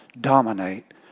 dominate